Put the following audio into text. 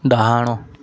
ଡାହାଣ